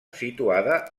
situada